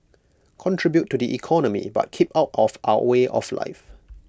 contribute to the economy but keep out of our way of life